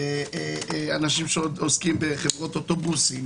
לאנשים שעוסקים בחברות אוטובוסים,